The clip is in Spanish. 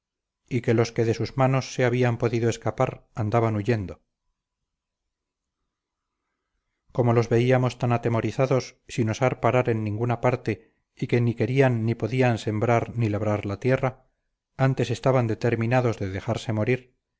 y que los que de sus manos se habían podido escapar andaban huyendo como los veíamos tan atemorizados sin osar parar en ninguna parte y que ni querían ni podían sembrar ni labrar la tierra antes estaban determinados de dejarse morir